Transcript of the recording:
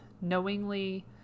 knowingly